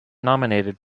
nominated